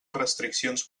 restriccions